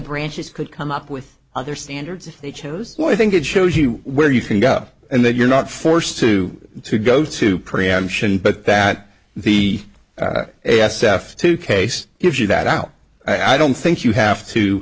branches could come up with other standards they chose well i think it shows you where you can go and that you're not forced to to go to preemption but that the s f two case gives you that out i don't think you have to